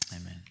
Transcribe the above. Amen